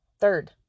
Third